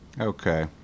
Okay